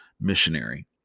missionary